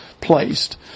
placed